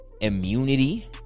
immunity